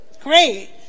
Great